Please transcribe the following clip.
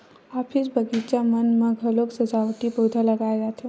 office, बगीचा मन म घलोक सजावटी पउधा लगाए जाथे